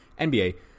NBA